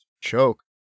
choke